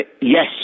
Yes